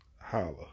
Holla